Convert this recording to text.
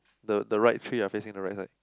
the the right tree are facing the right side